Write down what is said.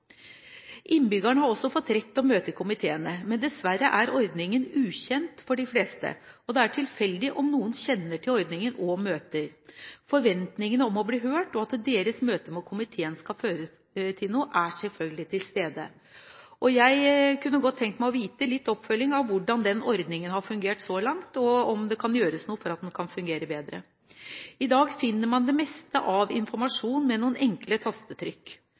Innbyggerne har også fått rett til å møte i komiteene, men dessverre er ordningen ukjent for de fleste, og det er tilfeldig om noen kjenner til ordningen og møter. Forventningene om å bli hørt, og at deres møte med komiteen skal føre til noe, er selvfølgelig til stede. Jeg kunne godt tenke meg en oppfølging av hvordan den ordningen har fungert så langt, og om det kan gjøres noe for at den kan fungere bedre. I dag finner man det meste av informasjon med noen enkle tastetrykk.